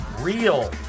real